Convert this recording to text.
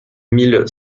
mille